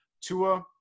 Tua